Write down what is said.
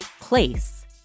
place